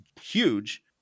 huge